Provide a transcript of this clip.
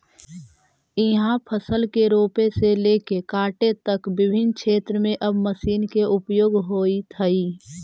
इहाँ फसल के रोपे से लेके काटे तक विभिन्न क्षेत्र में अब मशीन के उपयोग होइत हइ